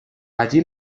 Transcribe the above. allí